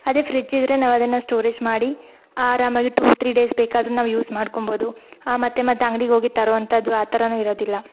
ಅದೇ ಫ್ರಿಜ್ಜಿದ್ದರೆ ನಾವದನ್ನು ಸ್ಟೋರೇಜ್ ಮಾಡಿ ಆರಾಮಾಗಿ ಟೂ ತ್ರೀ ಡೇಸ್ ಬೇಕಾದರೂ ನಾವು ಯೂಸ್ ಮಾಡ್ಕಂಬೋದು ಮತ್ತೆ ಮತ್ತೆ ಅಂಗ್ಡಿಗೋಗಿ ತರುವಂಥದ್ದು ಆ ಥರಾನು ಇರೋದಿಲ್ಲ